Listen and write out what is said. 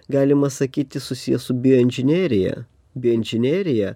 galima sakyti susiję su bioinžinerija bioinžinerija